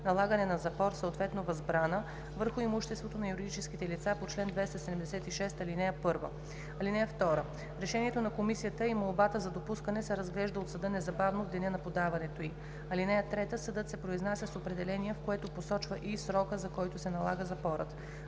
налагане на запор, съответно възбрана върху имуществото на юридическите лица по чл. 276, ал. 1. (2) Решението на комисията и молбата за допускане се разглежда от съда незабавно, в деня на подаването й. (3) Съдът се произнася с определение, в което посочва и срока, за който се налага запорът.